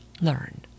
learn